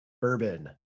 Bourbon